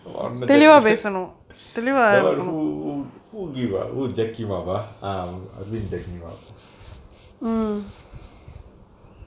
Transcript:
ஒன்னத கூட:onnatha kooda they will who who who give a who ah I mean